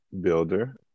builder